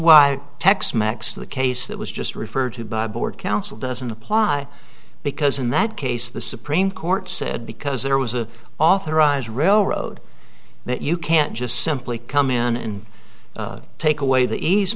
why tex mex the case that was just referred to by board council doesn't apply because in that case the supreme court said because there was a authorize railroad that you can't just simply come in and take away the ease